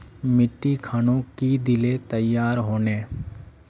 मिट्टी खानोक की दिले तैयार होने?